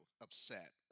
Upset